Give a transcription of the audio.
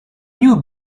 new